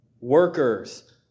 Workers